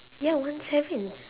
ya one seven